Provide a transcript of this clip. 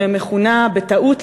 שמכונה בטעות,